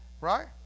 Right